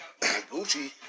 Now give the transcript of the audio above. Gucci